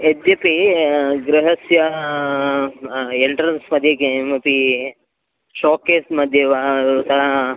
यद्यपि गृहस्य एण्ट्रेन्स्मध्ये किमपि शोकेस्मध्ये वा उत